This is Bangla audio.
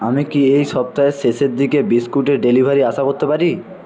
আমি কি এই সপ্তাহের শেষের দিকে বিস্কুটের ডেলিভারি আশা করতে পারি